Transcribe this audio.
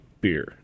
beer